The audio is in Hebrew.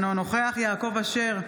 אינו נוכח יעקב אשר,